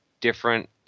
different